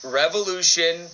revolution